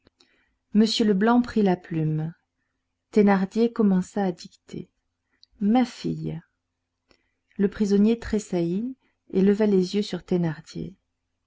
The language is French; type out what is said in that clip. m leblanc prit la plume thénardier commença à dicter ma fille le prisonnier tressaillit et leva les yeux sur thénardier